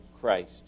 Christ